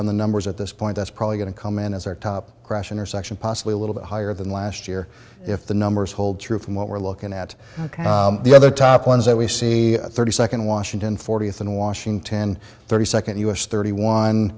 on the numbers at this point that's probably going to come in as a top crash intersection possibly a little bit higher than last year if the numbers hold true from what we're looking at the other top ones that we see thirty second washington forty eighth and washington thirty second us thirty one